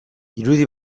irudi